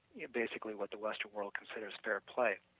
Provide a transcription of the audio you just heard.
you know basically what the western world considers fair play.